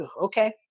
okay